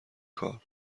کار